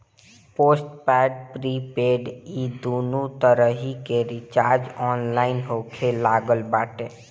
postpaid prepaid इ दूनो तरही के रिचार्ज ऑनलाइन होखे लागल बाटे